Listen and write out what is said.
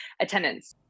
attendance